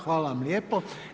Hvala Vam lijepo!